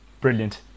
Brilliant